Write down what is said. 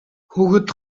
хүүхэд